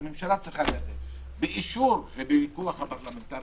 אני רואה קצת פסול בקטע של הגבלה חלקית,